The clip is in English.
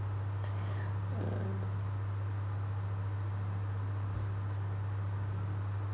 err